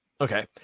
okay